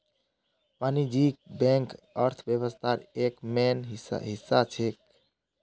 वाणिज्यिक बैंक अर्थव्यवस्थार एक मेन हिस्सा छेक